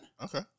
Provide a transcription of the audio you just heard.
Okay